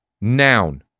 Noun